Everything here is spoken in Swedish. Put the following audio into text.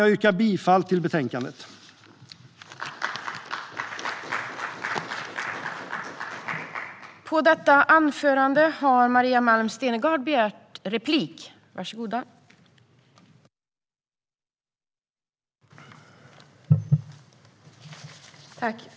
Jag yrkar bifall till utskottets förslag i betänkandet.